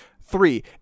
Three